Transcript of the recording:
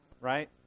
right